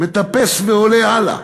מטפס ועולה הלאה.